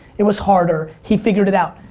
it was harder. he figured it out.